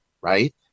right